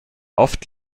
oft